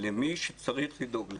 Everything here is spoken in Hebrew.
למי שצריך לדאוג להם.